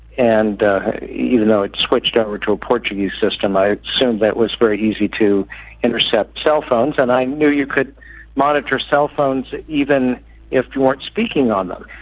and even though it switched over to a portuguese system, i assumed but it was very easy to intercept cell phones, and i knew you could monitor cell phones even if you weren't speaking on them,